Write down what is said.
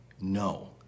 No